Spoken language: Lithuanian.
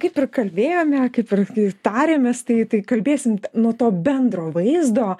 kaip ir kalbėjome kaip ir tarėmės tai tai kalbėsim nuo to bendro vaizdo